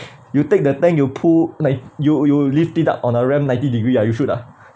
you take the tank you pull like you you lifted up on a ramp ninety degree ah you shoot ah